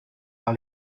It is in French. par